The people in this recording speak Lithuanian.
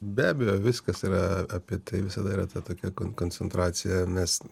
be abejo viskas yra apie tai visada yra ta tokia kon koncentracija nes